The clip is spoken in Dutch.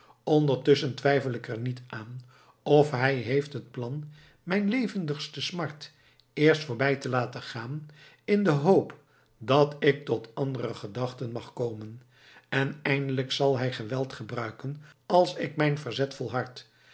ondertusschen twijfel ik er niet aan of hij heeft het plan mijn levendigste smart eerst voorbij te laten gaan in de hoop dat ik tot andere gedachten mag komen en eindelijk zal hij geweld gebruiken als ik in mijn verzet volhard